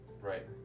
Right